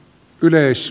yleis